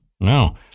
no